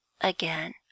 AGAIN